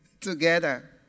together